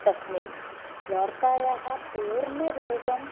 तस्मिन् वार्तायाः पूर्णरूपं